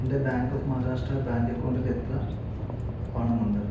എൻ്റെ bank of Maharashtra bank അക്കൗണ്ടിൽ എത്ര പണമുണ്ട്